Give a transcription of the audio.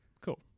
Cool